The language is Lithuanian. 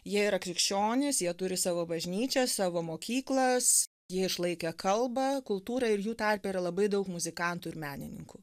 jie yra krikščionys jie turi savo bažnyčią savo mokyklas jie išlaikė kalbą kultūrą ir jų tarpe yra labai daug muzikantų ir menininkų